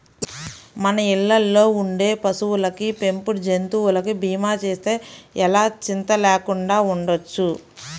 మన ఇళ్ళల్లో ఉండే పశువులకి, పెంపుడు జంతువులకి భీమా చేస్తే ఎలా చింతా లేకుండా ఉండొచ్చు